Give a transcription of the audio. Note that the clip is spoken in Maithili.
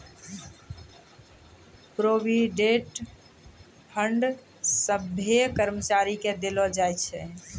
प्रोविडेंट फंड सभ्भे कर्मचारी के देलो जाय छै